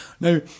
now